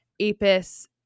APIS